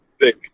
thick